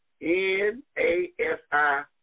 N-A-S-I